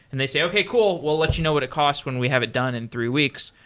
and they say, okay. cool. we'll let you know what it costs when we have it done in three weeks.